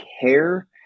care